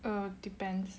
err depends